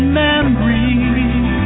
memories